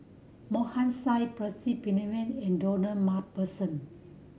Mohan Singh Percy Pennefather and Ronald Macpherson